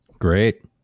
Great